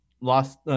lost